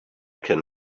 can